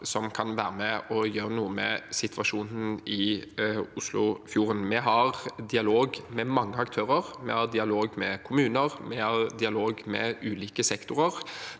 som kan være med og gjøre noe med situasjonen i Oslofjorden. Vi har dialog med mange aktører. Vi har dialog med kommuner, vi har dialog med ulike sektorer,